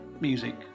music